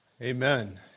Amen